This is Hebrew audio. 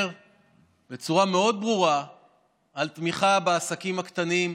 בצורה מאוד ברורה על תמיכה בעסקים הקטנים,